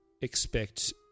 expect